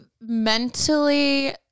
mentally